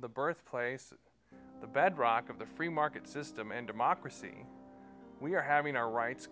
the birth place the bedrock of the free market system and democracy we're having our rights